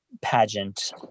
pageant